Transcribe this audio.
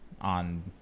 on